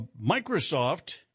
Microsoft